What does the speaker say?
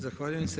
Zahvaljujem se.